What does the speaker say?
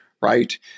right